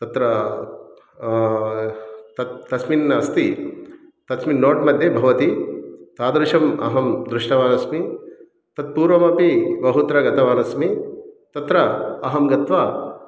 तत्र तत् तस्मिन् अस्ति तस्मिन् नोट् मध्ये भवति तादृशम् अहं दृष्टवानस्मि तत् पूर्वमपि बहुत्र गतवानस्मि तत्र अहं गत्वा